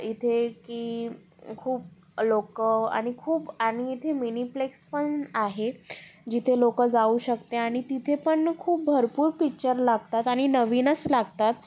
इथे की खूप लोक आणि खूप आणि इथे मिनीप्लेक्स पण आहेत जिथे लोक जाऊ शकते आणि तिथेपण खूप भरपूर पिक्चर लागतात आणि नवीनच लागतात